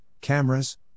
cameras